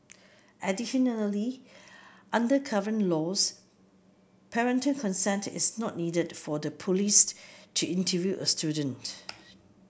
additionally under current laws parental consent is not needed for the police to interview a student